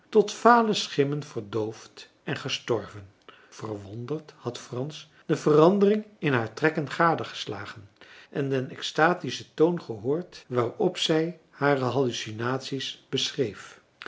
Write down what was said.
tot vale schimmen verdoofd en gestorven verwonderd had frans de verandering in haar trekken marcellus emants een drietal novellen gadegeslagen en den exstatischen toon gehoord waarop zij hare hallucinaties beschreef